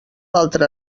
altre